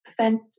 sent